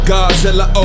Godzilla